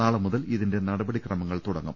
നാളെ മുതൽ ഇതിന്റെ നടപടിക്രമങ്ങൾ തുടങ്ങും